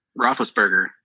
Roethlisberger